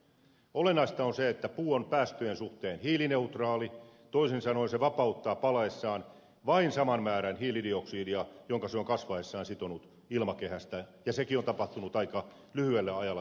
olennaista on se että puu on päästöjen suhteen hiilineutraali toisin sanoen se vapauttaa palaessaan vain saman määrän hiilidioksidia jonka se on kasvaessaan sitonut ilmakehästä ja sekin on tapahtunut aika lyhyellä ajalla tästä taaksepäin